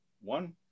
One